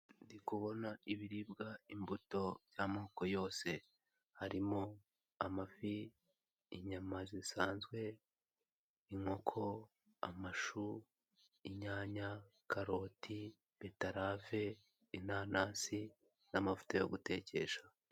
Ndikubona ibiribwa, imbuto z'amoko yose harimo: amafi, inyama zisanzwe, inkoko, amashu, inyanya, karoti, betarave, inanasi n'amavuta yo gutekesha.